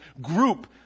group